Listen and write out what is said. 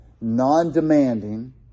non-demanding